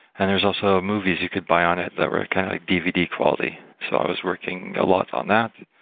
and there's also movies you could buy on it that were dvd quality. so i was working a lot on that.